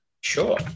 Sure